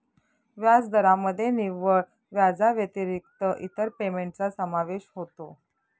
व्याजदरामध्ये निव्वळ व्याजाव्यतिरिक्त इतर पेमेंटचा समावेश होतो